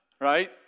right